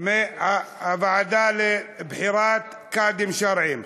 הוועדה לבחירת קאדים שרעיים.